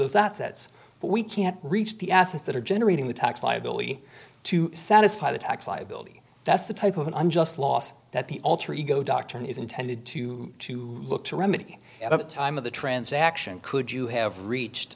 those that sets but we can't reach the assets that are generating the tax liability to satisfy the tax liability that's the type of unjust loss that the alter ego doctrine is intended to to look to remedy the time of the transaction could you have reached